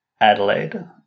Adelaide